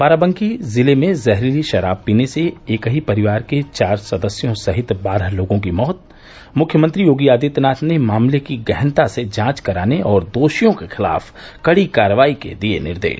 बाराबंकी जिले में जहरीली शराब पीने से एक ही परिवार के चार सदस्यों सहित दस लोगों की मौत मुख्यमंत्री योगी आदित्यनाथ ने मामले की गहनता से जांच कराने और दोषियों के खिलाफ कड़ी कार्यवाही के दिये निर्देश